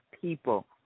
people